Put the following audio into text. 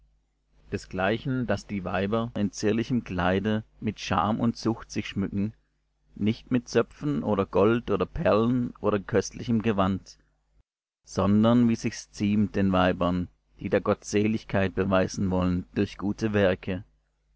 desgleichen daß die weiber in zierlichem kleide mit scham und zucht sich schmücken nicht mit zöpfen oder gold oder perlen oder köstlichem gewand sondern wie sich's ziemt den weibern die da gottseligkeit beweisen wollen durch gute werke